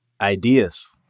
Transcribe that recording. ideas